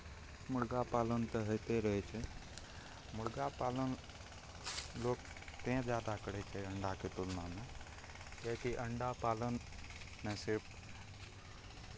मुर्गा पालन तऽ होइते रहै छै मुर्गा पालन लोक तेँ ज्यादा करै छै अण्डाके तुलनामे किएकि अण्डा पालनमे सिर्फ